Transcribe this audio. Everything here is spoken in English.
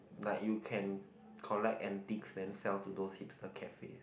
like you can collect antiques then sell to those hipster cafe